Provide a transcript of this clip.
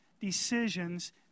decisions